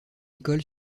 école